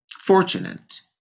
fortunate